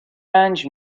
رنج